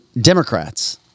Democrats